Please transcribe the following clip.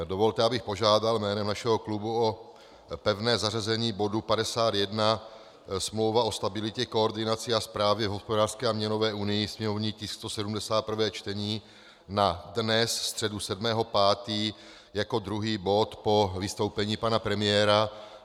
Dovolte, abych požádal jménem našeho klubu o pevné zařazení bodu 51, Smlouva o stabilitě, koordinaci a správě v hospodářské a měnové unii, sněmovní tisk 170, prvé čtení, na dnes, středu 7. 5., jako druhý bod po vystoupení pana premiéra.